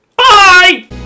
Bye